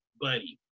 Buddy